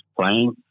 playing